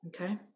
Okay